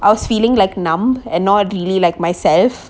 I was feeling like numb and not really like myself